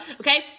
Okay